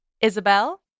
isabel